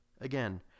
Again